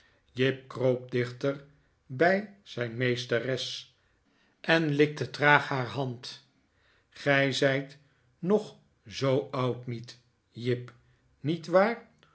jip kroop dichter bij zijn meesteres en likte traag haar hand gij zijt nog zoo oud niet jip niet waar